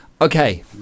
okay